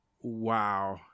wow